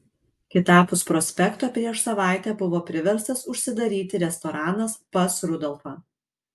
kitapus prospekto prieš savaitę buvo priverstas užsidaryti restoranas pas rudolfą